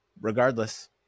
regardless